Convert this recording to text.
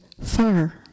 far